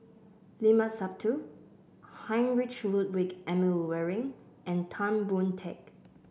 Limat Sabtu Heinrich Ludwig Emil Luering and Tan Boon Teik